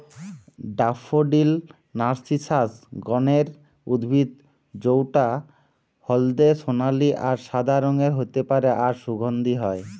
daffodil narcissus গণের উদ্ভিদ জউটা হলদে সোনালী আর সাদা রঙের হতে পারে আর সুগন্ধি হয়